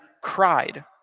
cried